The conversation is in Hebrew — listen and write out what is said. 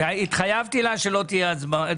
והתחייבתי לה שלא תהיינה הצבעות.